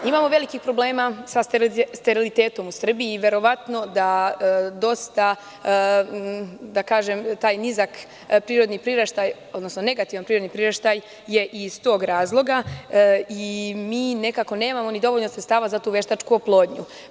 Imamo velikih problema sa sterilitetom u Srbiji i sada verovatno da taj nizak prirodni priraštaj, odnosno negativan prirodni priraštaj, iz tog razloga i mi nekako nemamo ni dovoljno sredstava za tu veštačku oplodnju.